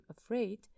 afraid